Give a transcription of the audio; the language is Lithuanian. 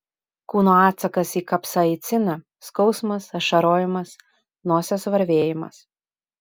kūno atsakas į kapsaiciną skausmas ašarojimas nosies varvėjimas